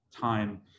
time